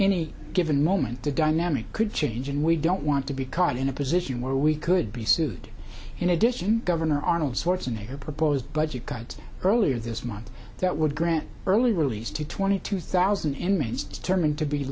any given moment the gun nemi could change and we don't want to be caught in a position where we could be sued in addition governor arnold schwarzenegger proposed budget cuts earlier this month that would grant early release to twenty two thousand inmates determined to be